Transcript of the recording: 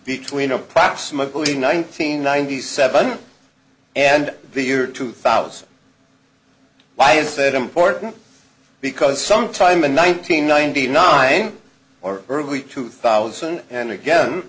between approximately nineteen ninety seven and the year two thousand why is that important because sometime in one nine hundred ninety nine or early two thousand and again